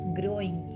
growing